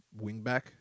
wingback